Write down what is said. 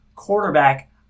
Quarterback